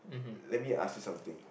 let me ask you something